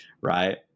right